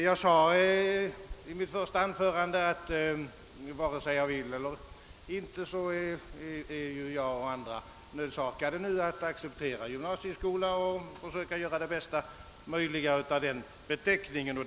Jag sade i mitt första anförande att jag och andra, vare sig vi vill det eller inte, nu är nödsakade att acceptera namnet »gymnasieskola« och försöka göra det bästa möjliga av den beteckningen.